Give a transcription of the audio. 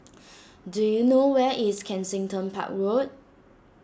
do you know where is Kensington Park Road